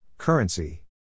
Currency